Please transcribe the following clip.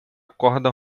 corda